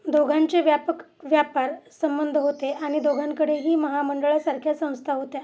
दोघांचे व्यापक व्यापार संबंध होते आणि दोघांकडेही महामंडळंसारख्या संस्था होत्या